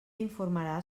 informarà